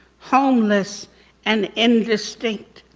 homeless and indistinct.